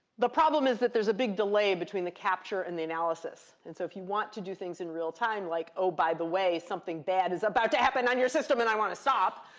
the problem is that there's a big delay between the capture and the analysis. and so if you want to do things in real time, like, oh, by the way, something bad is about to happen on your system and i want to stop,